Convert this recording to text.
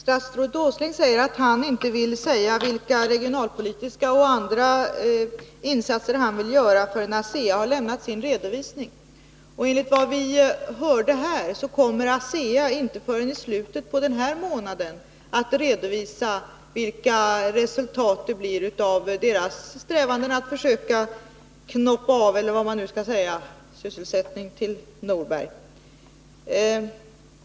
Herr talman! Statsrådet Åsling vill inte säga vilka regionalpolitiska och andra insatser han ämnar göra förrän ASEA lämnat sin redovisning. Enligt vad vi hörde här kommer ASEA inte förrän i slutet av den här månaden att redovisa vilka resultat företagets strävanden att försöka ”knoppa av” sysselsättning till Norberg ger.